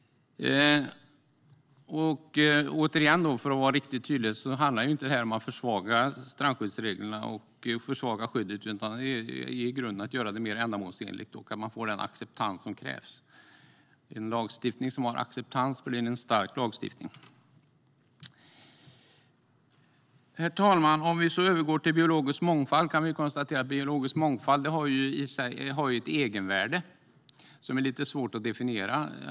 Det handlar alltså inte om att försvaga strandskyddsreglerna eller skyddet. Det handlar om att göra det mer ändamålsenligt och om att få den acceptans som krävs. En lagstiftning som har acceptans är en stark lagstiftning. Herr talman! Biologisk mångfald har ett egenvärde som är lite svårt att definiera.